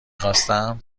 خواستم